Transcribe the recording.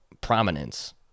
prominence